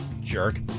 jerk